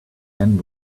men